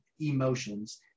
emotions